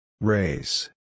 Race